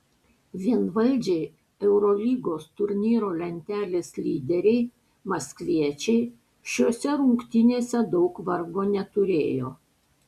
vienvaldžiai eurolygos turnyro lentelės lyderiai maskviečiai šiose rungtynėse daug vargo neturėjo